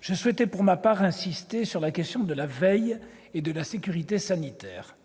Je souhaitais, pour ma part, insister sur la question de la veille et de la sécurité sanitaires.